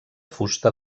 fusta